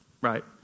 right